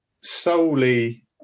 Solely